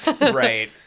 Right